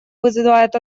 вызывает